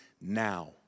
now